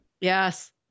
Yes